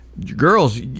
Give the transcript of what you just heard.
Girls